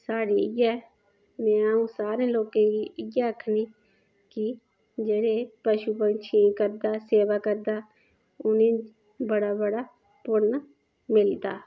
साढ़ी इ'यै ते अ'ऊं सारें लोके गी इ'यै आखनी कि जेह्डे़ पशू पक्षी दी ओह् करदा सेवा करदा उनेंगी बड़ा बड़ा पुन्न मिलदा